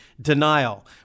denial